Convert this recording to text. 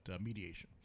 mediation